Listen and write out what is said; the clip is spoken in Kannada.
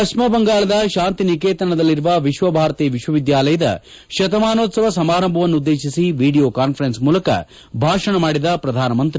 ಪಶ್ಚಿಮ ಬಂಗಾಳದ ತಾಂತಿನಿಕೇತನದಲ್ಲಿರುವ ವಿಶ್ವಭಾರತಿ ವಿಶ್ವವಿದ್ಯಾಲಯದ ಶತಮಾನೋತ್ಸವ ಸಮಾರಂಭವನ್ನು ಉದ್ದೇಶಿ ವಿಡಿಯೋ ಕಾಸ್ಫರೆನ್ಸ್ ಮೂಲಕ ಭಾಷಣ ಮಾಡಿದ ಪ್ರಧಾನಮಂತ್ರಿ